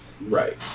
Right